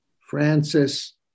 Francis